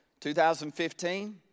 2015